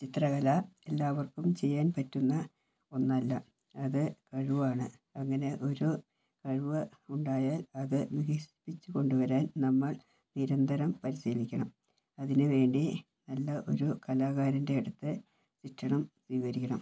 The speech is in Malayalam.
ചിത്രകല എല്ലാവർക്കും ചെയ്യാൻ പറ്റുന്ന ഒന്നല്ല അത് കഴിവാണ് അങ്ങനെ ഒരു കഴിവ് ഉണ്ടായാൽ അത് വികസിപ്പിച്ചുകൊണ്ടുവരാൻ നമ്മൾ നിരന്തരം പരിശീലിക്കണം അതിനുവേണ്ടി നല്ല ഒരു കലാകാരൻ്റെ അടുത്ത് ശിക്ഷണം സ്വീകരിക്കണം